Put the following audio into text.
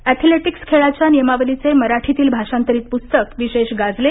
athletics खेळाच्या नियमावलीचे मराठीतील भाषांतरित पुस्तक विशेष गाजले